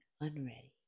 unready